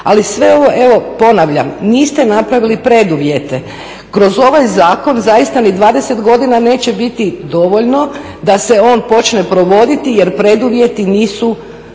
Ali sve ovo ponavljam niste napravili preduvjete. Kroz ovaj zakon zaista ni 20 godina neće biti dovoljno da se on počne provoditi jer preduvjeti nisu